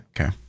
Okay